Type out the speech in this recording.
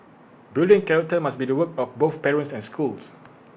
building character must be the work of both parents and schools